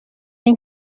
اینه